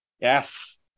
Yes